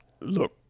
Look